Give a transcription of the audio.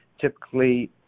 typically